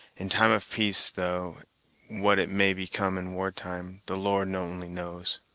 in time of peace, though what it may become in war-time, the lord only knows!